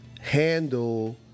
handle